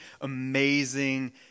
amazing